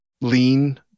lean